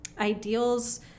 ideals